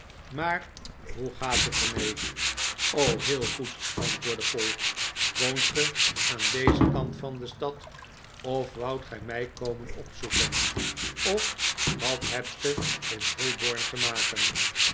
maar hoe gaat het er mee heel goed antwoordde poll woont ge aan dezen kant van de stad of woudt gij mij komen opzoeken of wat hebt ge in holborn te maken